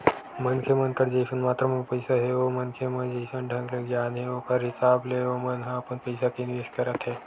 मनखे मन कर जइसन मातरा म पइसा हे ओ मनखे म जइसन ढंग के गियान हे ओखर हिसाब ले ओमन ह अपन पइसा के निवेस करत हे